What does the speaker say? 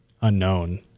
unknown